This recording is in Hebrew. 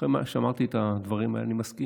אחרי שאמרתי את הדברים האלה אני מסכים,